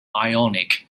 ionic